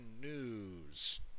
news